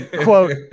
Quote